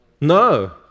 No